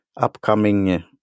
upcoming